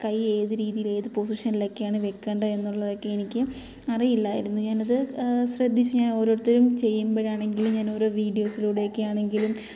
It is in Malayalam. കൈ ഏത് രീതിയിൽ ഏത് പൊസിഷനിലേക്കാണ് വെക്കേണ്ടത് എന്നുള്ളതൊക്കെ എനിക്ക് അറിയില്ലായിരുന്നു ഞാനത് ശ്രദ്ധിച്ച് ഞാൻ ഓരോരുത്തരും ചെയ്യുമ്പോഴാണെങ്കിലും ഞാൻ ഓരോ വീഡിയോസിലൂടെ ഒക്കെ ആണെങ്കിലും